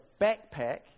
backpack